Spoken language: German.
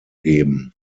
geben